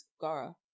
Gara